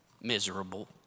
Miserable